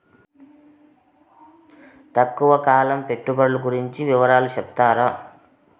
తక్కువ కాలం పెట్టుబడులు గురించి వివరాలు సెప్తారా?